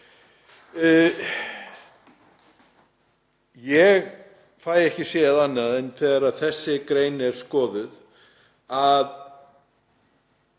Ég fæ ekki séð annað, þegar þessi grein er skoðuð,